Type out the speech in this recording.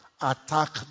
Attack